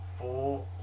Four